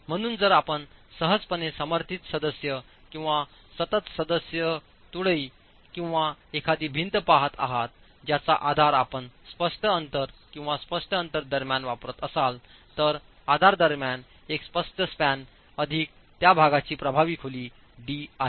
म्हणून जर आपण सहजपणे समर्थित सदस्य किंवा सतत सदस्य तुळई किंवा एखादी भिंत पहात आहात ज्याचा आधार आपण स्पष्ट अंतर किंवा स्पष्ट अंतर दरम्यान वापरत असाल तर आधार दरम्यान एक स्पष्ट स्पॅन अधिक त्या भागाची प्रभावी खोली d आहे